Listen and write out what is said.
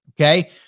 Okay